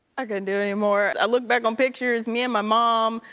i couldn't do it anymore. i look back on pictures, me and my mom,